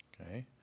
Okay